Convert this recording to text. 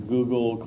Google